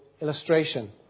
illustration